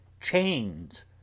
chains